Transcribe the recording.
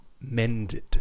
mended